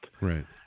Right